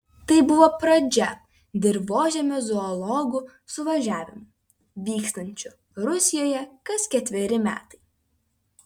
tai buvo pradžia dirvožemio zoologų suvažiavimų vykstančių rusijoje kas ketveri metai